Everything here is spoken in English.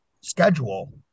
schedule